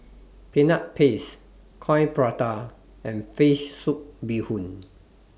Peanut Paste Coin Prata and Fish Soup Bee Hoon